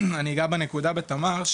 אני אגע בנקודה של תמר,